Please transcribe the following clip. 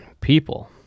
people